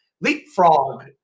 leapfrog